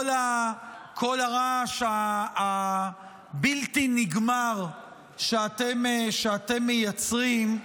כל הרעש הבלתי-נגמר שאתם מייצרים,